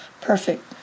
Perfect